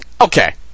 Okay